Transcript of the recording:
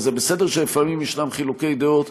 וזה בסדר שלפעמים ישנם חילוקי דעות.